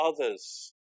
others